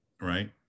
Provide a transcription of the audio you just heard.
right